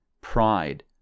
Pride